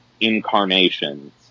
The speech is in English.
incarnations